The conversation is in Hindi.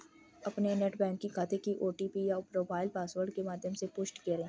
अपने नेट बैंकिंग खाते के ओ.टी.पी या प्रोफाइल पासवर्ड के माध्यम से पुष्टि करें